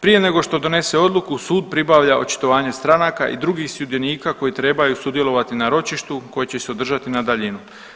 Prije nego što donese odluku sud pribavlja očitovanje stranaka i drugih sudionika koji trebaju sudjelovati na ročištu koje će se održati na daljinu.